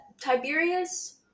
Tiberius